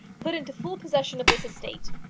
put into full possession of this estate.